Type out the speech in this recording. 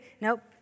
nope